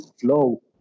flow